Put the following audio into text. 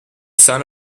son